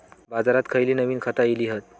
बाजारात खयली नवीन खता इली हत?